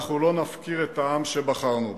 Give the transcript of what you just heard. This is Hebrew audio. אנחנו לא נפקיר את העם שבחר בנו.